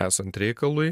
esant reikalui